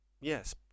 yes